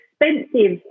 expensive